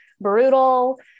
brutal